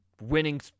winning